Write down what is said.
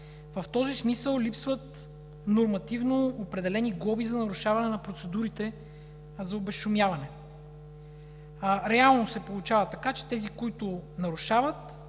В този смисъл липсват нормативно определени глоби за нарушаване на процедурите за обезшумяване. Реално се получава така, че тези, които нарушават,